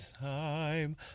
time